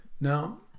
Now